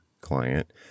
client